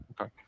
Okay